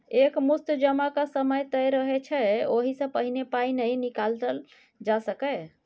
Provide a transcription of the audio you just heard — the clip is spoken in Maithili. एक मुस्त जमाक समय तय रहय छै ओहि सँ पहिने पाइ नहि निकालल जा सकैए